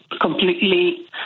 completely